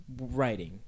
writing